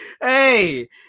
Hey